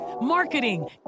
marketing